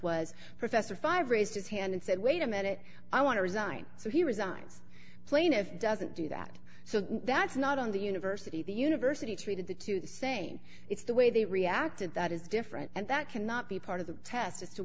was professor five raised his hand and said wait a minute i want to resign so he resigns plaintiff doesn't do that so that's not on the university the university treated the two the same it's the way they reacted that is different and that cannot be part of the test as to